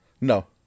No